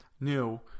new